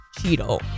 Cheeto